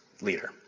leader